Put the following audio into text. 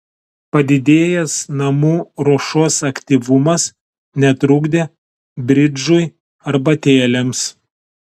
padidėjęs namų ruošos aktyvumas netrukdė bridžui arbatėlėms